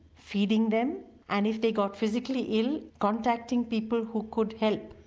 feeding them and if they got physically ill contacting people who could help.